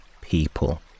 people